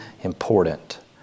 important